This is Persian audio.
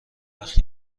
وقت